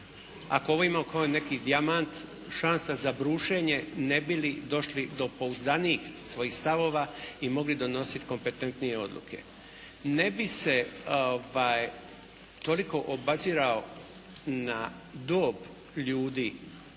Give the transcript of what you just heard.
a govorimo kao neki dijamant šansa za brušenje ne bi li došli do pouzdanijih svojih stavova i mogli donositi kompetentnije odluke. Ne bih se toliko obazirao na dob ljudi